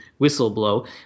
whistleblow